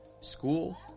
school